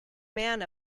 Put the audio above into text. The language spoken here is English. man